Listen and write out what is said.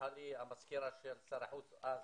שלחה לי המזכירה של שר החוץ אז,